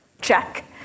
check